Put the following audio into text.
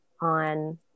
on